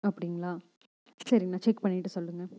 அப்படிங்களா சரிங்கணா செக் பண்ணிட்டு சொல்லுங்கள்